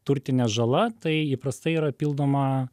turtinė žala tai įprastai yra pildoma